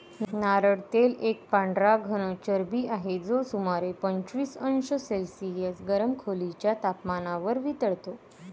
नारळ तेल एक पांढरा घन चरबी आहे, जो सुमारे पंचवीस अंश सेल्सिअस गरम खोलीच्या तपमानावर वितळतो